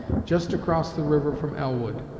just across the river from elwood.